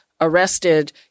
arrested